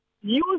use